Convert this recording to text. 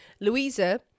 Louisa